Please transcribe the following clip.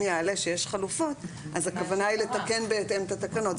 יעלה שיש חלופות אז הכוונה היא לתקן בהתאם את התקנות.